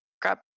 grab